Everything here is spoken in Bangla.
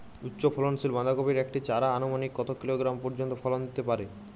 উচ্চ ফলনশীল বাঁধাকপির একটি চারা আনুমানিক কত কিলোগ্রাম পর্যন্ত ফলন দিতে পারে?